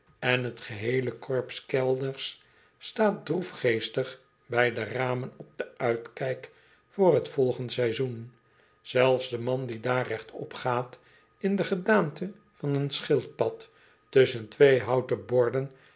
en tgeheele korps kellners staat droefgeestig bij de ramen op den uitkijk voor t volgend seizoen zelfs de man die daar rechtop gaat in de gedaante van een schildpad tussehen twee houten borden